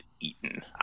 eaten